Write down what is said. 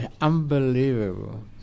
Unbelievable